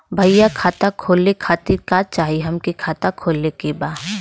भईया खाता खोले खातिर का चाही हमके खाता खोले के बा?